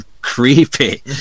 creepy